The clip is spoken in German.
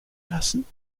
lassen